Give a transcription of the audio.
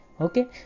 Okay